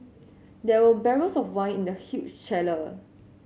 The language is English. there were barrels of wine in the huge chiller